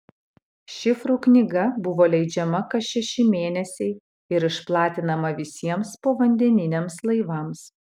šifrų knyga buvo leidžiama kas šeši mėnesiai ir išplatinama visiems povandeniniams laivams